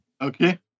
Okay